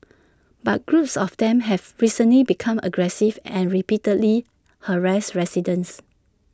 but groups of them have recently become aggressive and repeatedly harassed residents